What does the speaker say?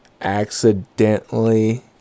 Accidentally